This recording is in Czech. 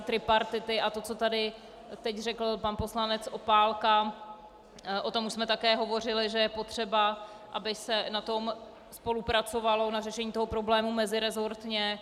A to, co tady teď řekl pan poslanec Opálka, o tom už jsme také hovořili, že je potřeba, aby se na tom spolupracovalo, na řešení toho problému, meziresortně.